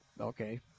okay